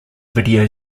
video